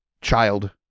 child